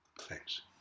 Thanks